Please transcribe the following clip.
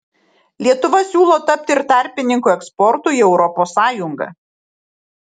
lietuva siūlo tapti ir tarpininku eksportui į europos sąjungą